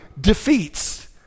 defeats